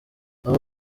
abo